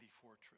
fortress